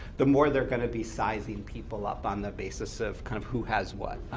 the more they're going to be sizing people up on the basis of kind of who has what.